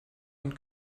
und